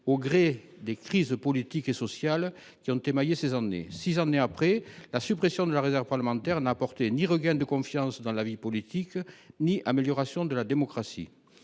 au gré des crises politiques et sociales qui ont émaillé ces années. Six ans après, la suppression de la réserve parlementaire n’a apporté ni regain de confiance dans la vie politique ni amélioration de la démocratie.